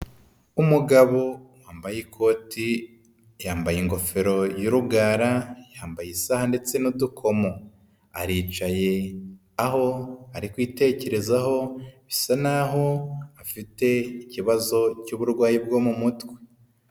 Umugabo wambaye ikoti, yambaye ingofero y'urugara, yambaye isaha ndetse n'udukomo. Aricaye aho ari kwitekerezaho, bisa n'aho afite ikibazo cy'uburwayi bwo mu mutwe.